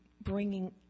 bringing